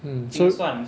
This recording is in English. mm so